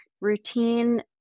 routine